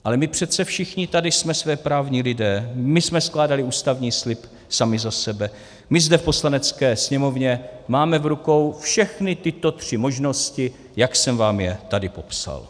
Ale my přece všichni tady jsme svéprávní lidé, my jsme skládali ústavní slib sami za sebe, my jsme v Poslanecké sněmovně, máme v rukou všechny tyto tři možnosti, jak jsem vám je tady popsal.